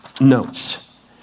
notes